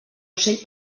ocell